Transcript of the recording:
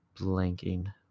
blanking